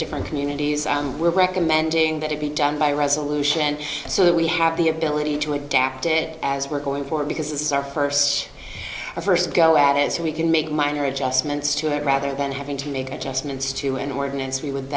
different communities and we're recommending that it be done by resolution so that we have the ability to adapt it as we're going forward because this is our first first go at it so we can make minor adjustments to it rather than having to make adjustments to an ordinance we would